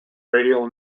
radial